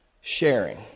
Sharing